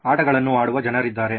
ಆಟಗಳನ್ನು ಆಡುವ ಜನರಿದ್ದಾರೆ